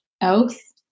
else